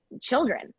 children